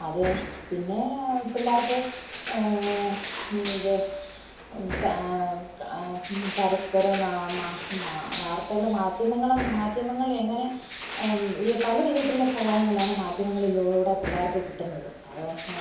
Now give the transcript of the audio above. അത് പിന്നെ പിള്ളേർക്ക് ഇത് പരസ്പരം വാർത്തകൾ മാധ്യമങ്ങൾ മാധ്യമങ്ങൾ എങ്ങനെ ഈ പല വിധത്തിലുള്ള സഹായങ്ങളാണ് മാധ്യമങ്ങളിലൂടെ പിള്ളേർക്ക് കിട്ടുന്നത് അത്